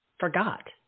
forgot